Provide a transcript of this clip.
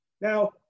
Now